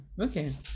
Okay